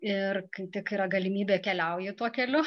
ir kai tik yra galimybė keliauju tuo keliu